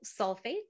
sulfate